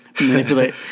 Manipulate